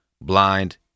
blind